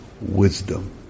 wisdom